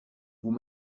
vous